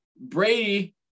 brady